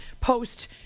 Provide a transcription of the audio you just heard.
post